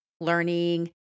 learning